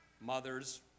Mothers